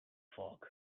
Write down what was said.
fog